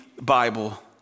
Bible